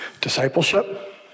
discipleship